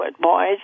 boys